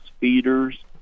feeders